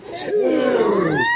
two